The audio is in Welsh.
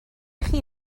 chi